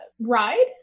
ride